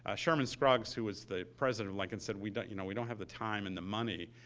ah sherman scruggs, who was the president of lincoln, said we don't you know we don't have the time and the money.